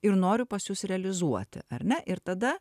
ir noriu pas jus realizuoti ar ne ir tada